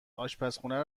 آشپرخونه